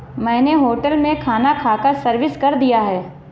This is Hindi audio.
मैंने होटल में खाना खाकर सर्विस कर दिया है